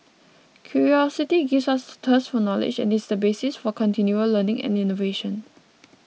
curiosity gives us thirst for knowledge and is the basis for continual learning and innovation